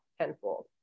tenfold